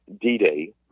D-Day